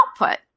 output